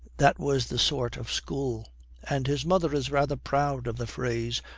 that was the sort of school and his mother is rather proud of the phrase,